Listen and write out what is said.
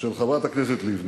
של חברת הכנסת לבני,